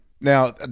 Now